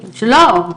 לא,